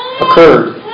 occurred